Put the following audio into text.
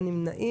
מי נמנע?